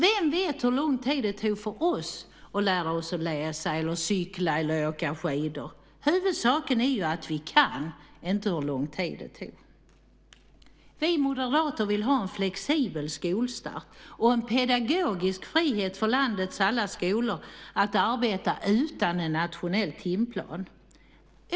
Vem vet hur lång tid det tog för oss att lära oss läsa, cykla och åka skidor? Huvudsaken är att vi kan - inte hur lång tid det tog. Vi moderater vill ha en flexibel skolstart och en pedagogisk frihet för landets alla skolor att arbeta utan en nationell timplan.